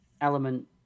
element